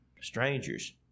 strangers